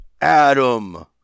Adam